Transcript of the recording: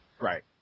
Right